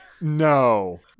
No